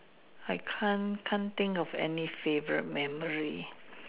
I can't can't think of any favourite memory